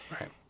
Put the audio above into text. Right